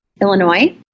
Illinois